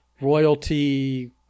royalty